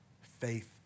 Faith